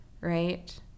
Right